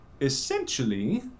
Essentially